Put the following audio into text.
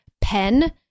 pen